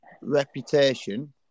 reputation –